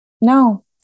No